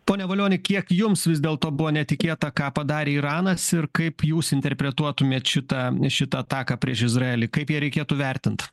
pone valioni kiek jums vis dėlto buvo netikėta ką padarė iranas ir kaip jūs interpretuotumėt šitą šitą ataką prieš izraelį kaip ją reikėtų vertint